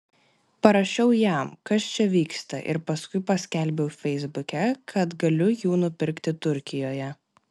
parašiau jam kas čia vyksta ir paskui paskelbiau feisbuke kad galiu jų nupirkti turkijoje